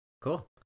Cool